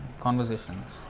conversations